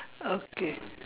okay